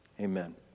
Amen